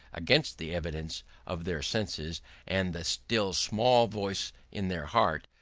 against the evidence of their senses and the still small voice in their hearts,